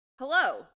Hello